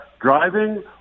driving